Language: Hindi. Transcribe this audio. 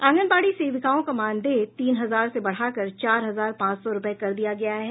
आंगनबाड़ी सेविकाओं का मानदेय तीन हजार से बढ़ाकर चार हजार पांच सौ रूपये कर दिया गया है